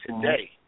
today